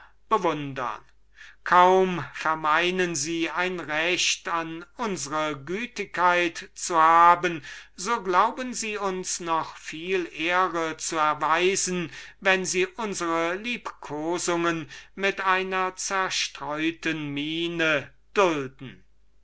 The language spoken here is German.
kaum glauben sie ein recht an unsre gütigkeit zu haben so bilden sie sich ein daß sie uns viel ehre erweisen wenn sie unsere liebkosungen mit einer zerstreuten miene dulden